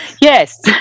Yes